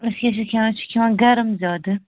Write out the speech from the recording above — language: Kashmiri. أسۍ کیاہ چھِ کھیٚوان أسۍ چھِ کھیٚوان گرم زیادٕ